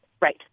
right